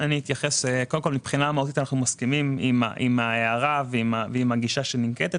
מבחינה מהותית אנחנו מסכימים עם ההערה ועם הגישה שננקטת.